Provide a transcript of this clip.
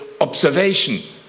observation